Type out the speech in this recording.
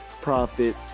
profit